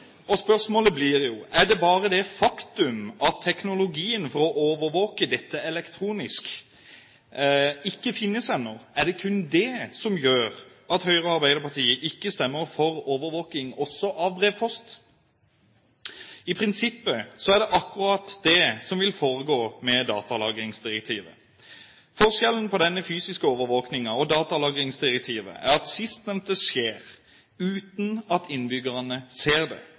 postet. Spørsmålet blir: Er det bare det faktum at teknologien for å overvåke dette elektronisk ikke finnes ennå, som gjør at Høyre og Arbeiderpartiet ikke stemmer for overvåkning også av brevpost? I prinsippet er det akkurat det som vil foregå med datalagringsdirektivet. Forskjellen på denne fysiske overvåkningen og datalagringsdirektivet er at sistnevnte skjer uten at innbyggerne ser det,